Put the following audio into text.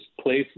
place